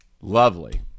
lovely